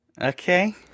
okay